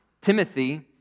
Timothy